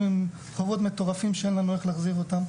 עם חובות מטורפים שאין לנו איך להחזיר אותם.